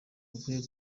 bukwiye